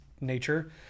nature